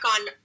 on